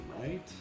right